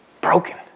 Broken